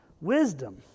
Wisdom